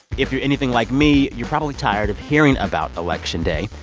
if you're anything like me, you're probably tired of hearing about election day.